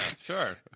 sure